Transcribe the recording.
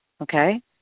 okay